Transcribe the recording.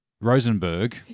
Rosenberg